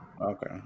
Okay